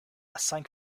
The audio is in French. cinq